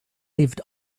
lived